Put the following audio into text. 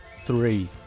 Three